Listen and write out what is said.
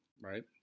right